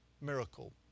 miracle